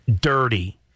dirty